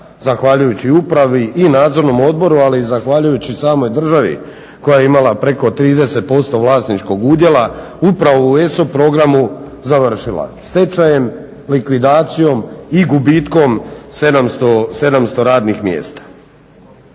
zahvaljujući upravi i nadzornom odboru ali i zahvaljujući samoj državi koja je imala preko 30% vlasničkog udjela upravo u ESO program završila. Stečajem, likvidacijom i gubitkom 700 radnih mjesta.